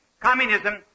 Communism